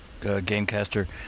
Gamecaster